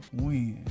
win